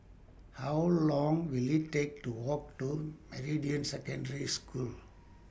How Long Will IT Take to Walk to Meridian Secondary School